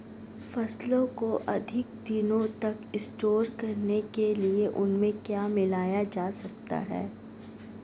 फसलों को अधिक दिनों तक स्टोर करने के लिए उनमें क्या मिलाया जा सकता है?